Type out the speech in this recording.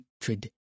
hatred